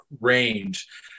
range